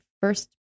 first